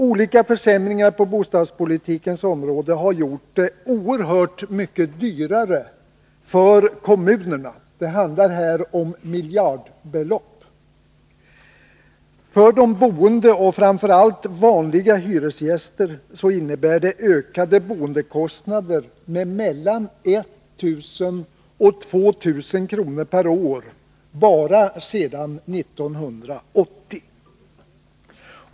Olika försämringar på bostadspolitikens område har gjort det oerhört mycket dyrare för kommunerna. Det handlar här om miljardbelopp. För de boende och framför allt för vanliga hyresgäster innebär det ökningar av boendekostnaderna med mellan 1000 och 2 000 kr. per år bara sedan 1980.